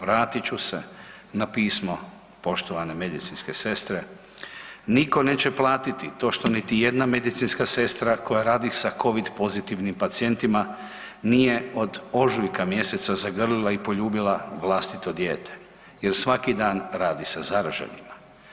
Vratit ću se na pismo poštovane medicinske sestre, nitko neće platiti to što niti jedna medicinska sestra koja radi sa Covid pozitivnim pacijentima nije od ožujka mjeseca zagrlila i poljubila vlastito dijete jer svaki dan radi sa zaraženima.